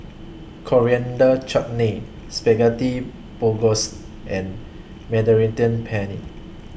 Coriander Chutney Spaghetti Bolognese and Mediterranean Penne